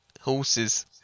Horses